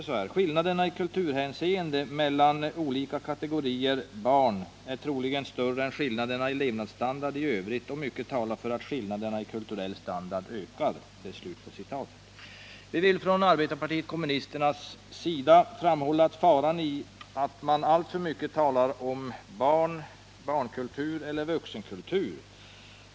Skillnaderna i kulturhänseende mellan olika kategorier barn är troligen mycket större än skillnaderna i levnadsstandard i övrigt, och mycket talar för att skillnaderna i kulturell standard ökar.” Vi vill från arbetarpartiet kommunisternas sida framhålla faran i att man alltför mycket talar om ”barnkultur” eller ”vuxenkultur”.